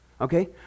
okay